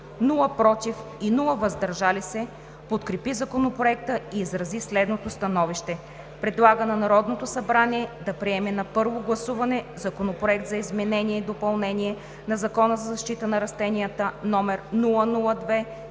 „против“ и „въздържал се“ подкрепи Законопроекта и изрази следното становище: Предлага на Народното събрание да приеме на първо гласуване Законопроект за изменение и допълнение на Закона за защита на растенията, №